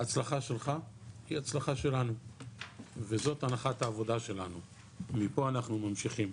ההצלחה שלך היא הצלחה שלנו וזו הנחת העבודה שלנו ומפה אנחנו ממשיכים.